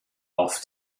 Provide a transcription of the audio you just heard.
off